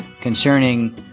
concerning